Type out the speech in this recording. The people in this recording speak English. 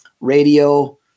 radio